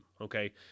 okay